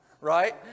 right